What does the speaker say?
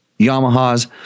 Yamahas